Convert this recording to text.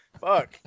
Fuck